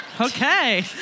Okay